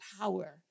power